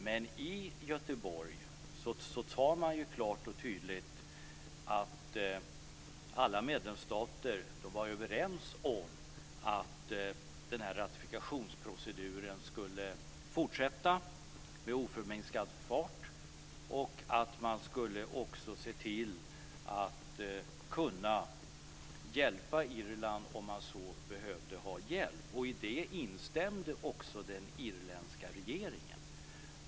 Men i Göteborg sade man klart och tydligt att alla medlemsstater var överens om att ratifikationsproceduren skulle fortsätta med oförminskad fart. Man skulle också hjälpa Irland om Irland behövde ha hjälp. I detta instämde också den irländska regeringen.